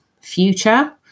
future